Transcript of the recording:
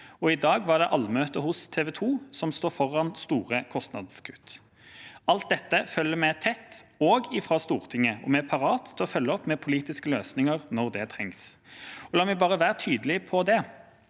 i dag var det allmøte hos TV 2, som står foran store kostnadskutt. Alt dette følger vi tett også fra Stortinget, og vi er parat til å følge opp med politiske løsninger når det trengs.